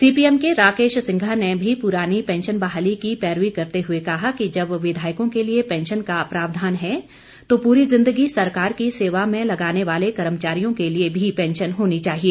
CPM के राकेश सिंघा ने भी पुरानी पैंशन बहाली की पैरवी करते हुए कहा कि जब विधायकों के लिए पैंशन का प्रावधान है तो पूरी जिंदगी सरकार की सेवा में लगाने वाले कर्मचारियों के लिए भी पैंशन होनी चाहिए